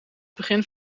begin